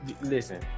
Listen